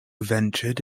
ventured